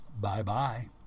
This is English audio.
Bye-bye